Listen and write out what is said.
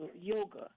yoga